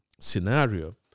scenario